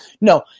No